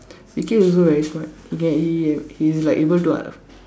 P K also very smart but he like he's like able to have